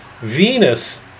Venus